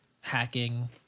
hacking